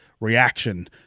reaction